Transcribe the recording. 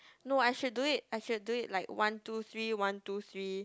no I should do it I should do it like one two three one two three